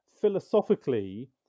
philosophically